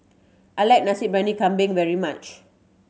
I like Nasi Briyani Kambing very much